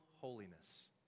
holiness